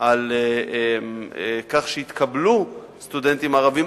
על כך שיתקבלו סטודנטים ערבים,